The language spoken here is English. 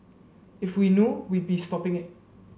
if we know we'd be stopping it